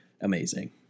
Amazing